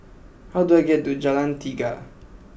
how do I get to Jalan Tiga